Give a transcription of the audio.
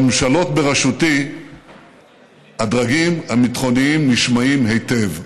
בממשלות בראשותי הדרגים הביטחוניים נשמעים היטב,